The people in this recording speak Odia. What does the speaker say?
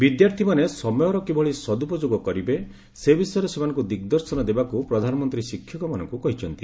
ବିଦ୍ୟାର୍ଥୀମାନେ ସମୟର କିଭଳି ସଦ୍ରପୋଯୋଗ କରିବେ ସେ ବିଷୟରେ ସେମାନଙ୍କୁ ଦିଗ୍ଦର୍ଶନ ଦେବାକୁ ପ୍ରଧାନମନ୍ତ୍ରୀ ଶିକ୍ଷକମାନଙ୍କୁ କହିଛନ୍ତି